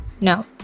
no